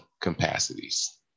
capacities